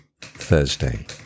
Thursday